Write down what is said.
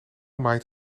maait